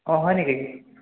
অঁ হয় নেকি